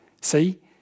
See